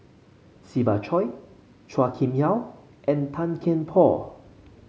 Siva Choy Chua Kim Yeow and Tan Kian Por